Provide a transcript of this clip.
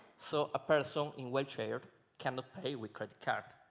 so a person in wheelchair cannot pay with credit card.